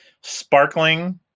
sparkling